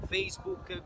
Facebook